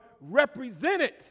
represented